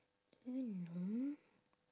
don't even know